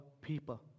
people